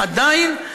עדיין,